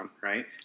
right